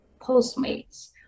Postmates